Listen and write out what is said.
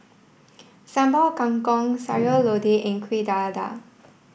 Sambal Kangkong Sayur Lodeh and Kueh Dadar